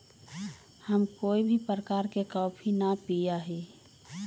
हम कोई भी प्रकार के कॉफी ना पीया ही